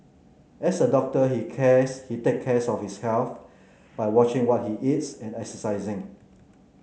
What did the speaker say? as a doctor he cares he take cares of his health by watching what he eats and exercising